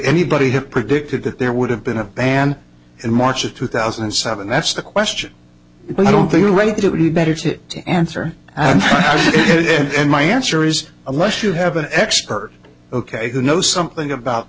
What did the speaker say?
anybody have predicted that there would have been a ban in march of two thousand and seven that's the question but i don't think it would be better to answer and and my answer is unless you have an expert ok who knows something about